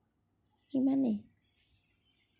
ইমানেই